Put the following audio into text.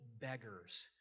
beggars